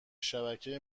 شبکهای